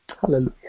hallelujah